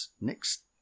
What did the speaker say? next